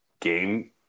game